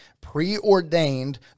preordained